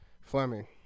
Fleming